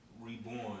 reborn